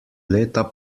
leta